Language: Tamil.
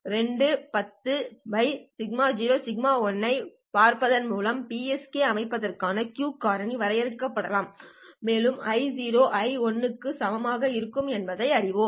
σ0 σ1 ஐப் பார்ப்பதன் மூலம் PSK அமைப்பிற்கான Q காரணி வரையறுக்கப்படலாம் மேலும் I0 I1 க்கு சமமாக இருக்கும் என்பதை நாங்கள் அறிவோம்